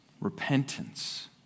Repentance